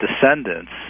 descendants